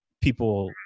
people